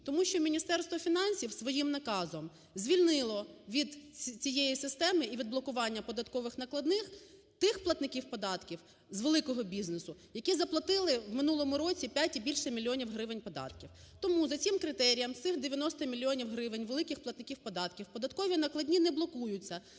Тому що Міністерство фінансів своїм наказом звільнило від цієї системи і від блокування податкових накладних тих платників податків з великого бізнесу, які заплатили в минулому році 5 і більше мільйонів гривень податків. Тому за цим критерієм з цих 90 мільйонів гривень великих платників податків податкові накладні не блокуються,